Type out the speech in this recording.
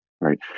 right